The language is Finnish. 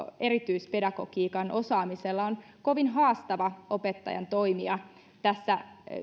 erityispedagogiikan osaamisella on kovin haastava opettajan toimia tässä